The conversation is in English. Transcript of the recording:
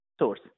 source